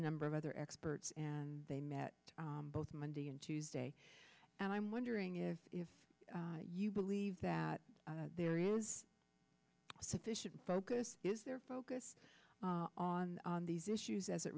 number of other experts and they met both monday and tuesday and i'm wondering if if you believe that there is sufficient focus is their focus on these issues as it